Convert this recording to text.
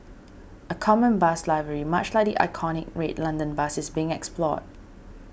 a common bus livery much like the iconic red London bus is being explored